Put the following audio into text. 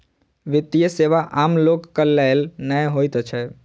वित्तीय सेवा आम लोकक लेल नै होइत छै